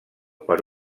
per